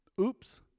Oops